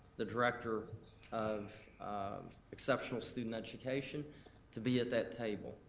the director of exceptional student education to be at that table,